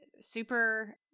super